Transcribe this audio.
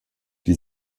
die